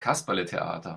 kasperletheater